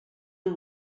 the